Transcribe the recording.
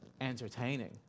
entertaining